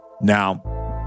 Now